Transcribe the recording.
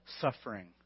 suffering